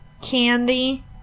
candy